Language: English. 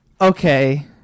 okay